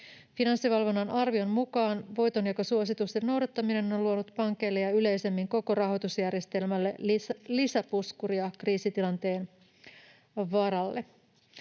Finanssivalvonnan arvion mukaan voitonjakosuositusten noudattaminen on luonut pankeille ja yleisemmin koko rahoitusjärjestelmälle lisäpuskuria kriisitilanteen varalle.